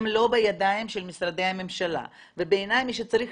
הם לא בידיים של משרדי הממשלה ובעיניי מי שצריך